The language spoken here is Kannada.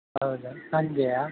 ಯಾವಾಗ ಸಂಜೆಯಾ